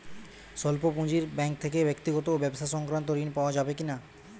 স্বল্প পুঁজির ব্যাঙ্ক থেকে ব্যক্তিগত ও ব্যবসা সংক্রান্ত ঋণ পাওয়া যাবে কিনা?